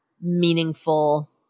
meaningful